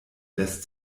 lässt